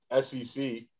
SEC